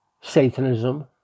Satanism